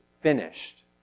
finished